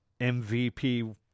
MVP